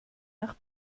nach